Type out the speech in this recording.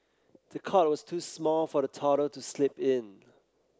the cot was too small for the toddler to sleep in